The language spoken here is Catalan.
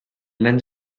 nen